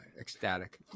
ecstatic